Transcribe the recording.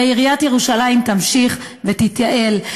הרי עיריית ירושלים תמשיך ותתייעל,